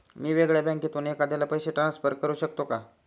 मी वेगळ्या बँकेतून एखाद्याला पैसे ट्रान्सफर करू शकतो का?